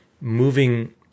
moving